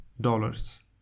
dollars